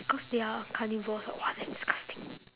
because they are carnivores [what] !wah! disgusting